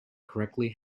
correctly